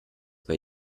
bei